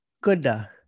good